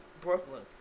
Brooklyn